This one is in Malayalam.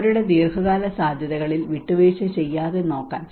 അവരുടെ ദീർഘകാല സാധ്യതകളിൽ വിട്ടുവീഴ്ച ചെയ്യാതെ നോക്കാൻ